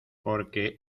porque